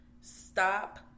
Stop